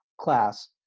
class